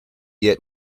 yet